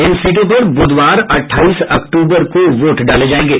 इन सीटों पर बुधवार अठाईस अक्टूबर को वोट डाले जाएंगे